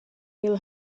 byl